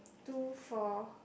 two four